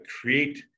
create